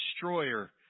destroyer